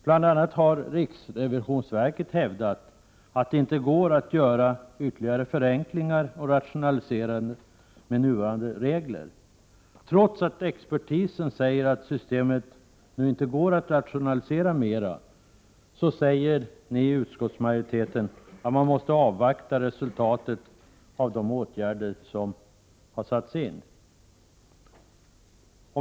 Bl.a. har riksrevisionsverket hävdat att det inte går att göra ytterligare förenklingar och rationaliseringar med nuvarande regler. Trots att expertisen säger att systemet inte tillåter ytterligare rationaliseringar, säger utskottsmajoriteten att man måste avvakta resultatet av de åtgärder som har vidtagits.